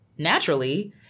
naturally